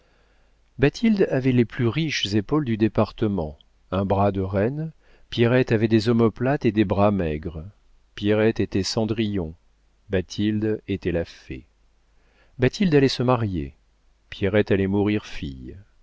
bathilde avait les plus riches épaules du département un bras de reine pierrette avait des omoplates et des bras maigres pierrette était cendrillon bathilde était la fée bathilde allait se marier pierrette allait mourir fille